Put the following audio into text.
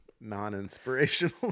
non-inspirational